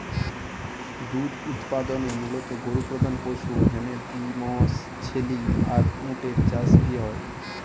দুধ উতপাদনে মুলত গরু প্রধান পশু হ্যানে বি মশ, ছেলি আর উট এর চাষ বি হয়